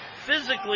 Physically